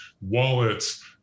wallets